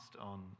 on